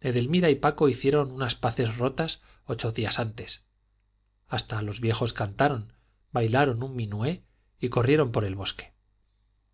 edelmira y paco hicieron unas paces rotas ocho días antes hasta los viejos cantaron bailaron un minué y corrieron por el bosque